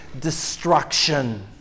destruction